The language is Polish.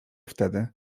wtedy